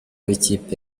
y’ikipe